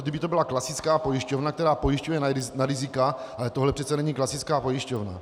Kdyby to byla klasická pojišťovna, která pojišťuje na rizika, ale tohle přece není klasická pojišťovna.